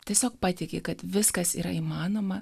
tiesiog patiki kad viskas yra įmanoma